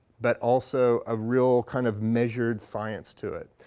but also a real kind of measured science to it.